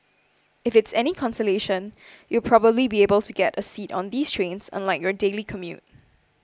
if it's any consolation you'll probably be able to get a seat on these trains unlike your daily commute